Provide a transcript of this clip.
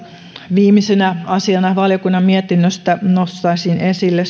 viimeisenä asiana valiokunnan mietinnöstä nostaisin esille